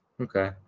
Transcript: Okay